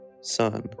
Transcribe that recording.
Son